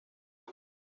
one